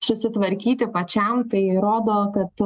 susitvarkyti pačiam tai rodo kad